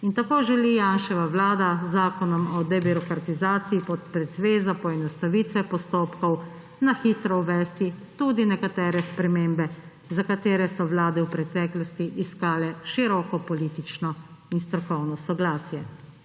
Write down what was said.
in tako želi Janševa vlada z zakonom o debirokratizaciji pod pretvezo poenostavitve postopkov na hitro uvesti tudi nekatere spremembe, za katere so vlade v preteklosti iskale široko politično in strokovno soglasje.